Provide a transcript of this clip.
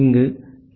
ஆகவே டி